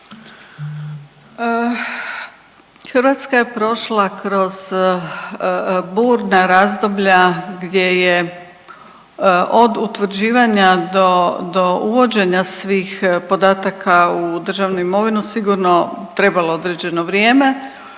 Hrvatska je prošla kroz burna razdoblja gdje je od utvrđivanja do uvođenja svih podataka u državnu imovinu sigurno trebalo određeno vrijeme,